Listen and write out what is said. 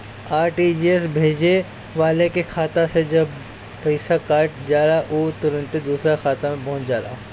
RTGS भेजे वाला के खाता से जबे पईसा कट जाला उ तुरंते दुसरा का खाता में पहुंच जाला